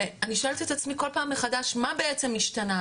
אני שואלת את עצמי כל פעם מחדש מה בעצם השתנה,